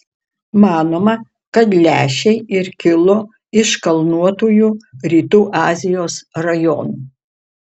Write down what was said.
manoma kad lęšiai ir kilo iš kalnuotųjų rytų azijos rajonų